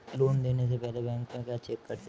Loan देने से पहले बैंक में क्या चेक करते हैं?